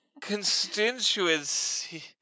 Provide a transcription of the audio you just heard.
Constituency